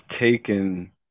taken